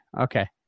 okay